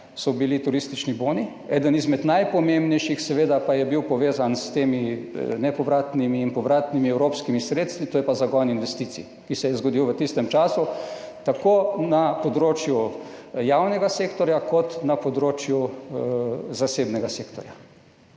so bili turistični boni, eden izmed najpomembnejših pa je bil seveda povezan s temi nepovratnimi in povratnimi evropskimi sredstvi, to je pa zagon investicij, ki se je zgodil v tistem času tako na področju javnega sektorja kot na področju zasebnega sektorja.